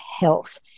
Health